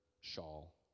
shawl